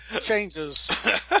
changes